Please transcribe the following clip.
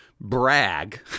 brag